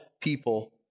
people